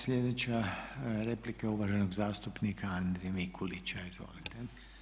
Sljedeća replika je uvaženog zastupnika Andrije Mikulića, izvolite.